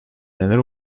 neler